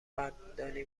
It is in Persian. قدردانی